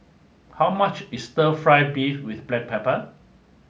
how much is stir fried beef with black pepper